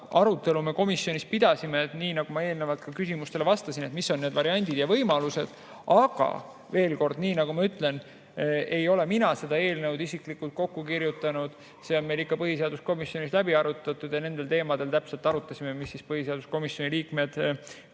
arutelu me komisjonis pidasime, nii nagu ma eelnevalt ka küsimustele vastasin, mis on need variandid ja võimalused. Aga veel kord: nii nagu ma ütlen, ei ole mina seda eelnõu isiklikult kokku kirjutanud, see on meil ikka põhiseaduskomisjonis läbi arutatud, ja nendel teemadel me täpselt arutasime, mis põhiseaduskomisjoni liikmed küsimustena